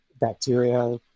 bacteria